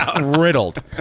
riddled